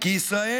כי ישראל